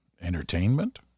entertainment